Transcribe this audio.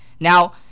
Now